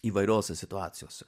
įvairiose situacijose